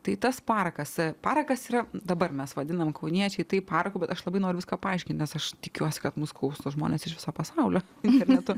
tai tas parakas parakas yra dabar mes vadinam kauniečiai tai paraku bet aš labai noriu viską paaiškint nes aš tikiuosi kad mūsų klauso žmonės iš viso pasaulio internetu